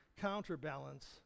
counterbalance